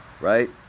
Right